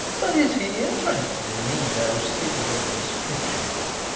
but is he interested in indo-scythian inscriptions?